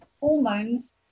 hormones